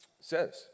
says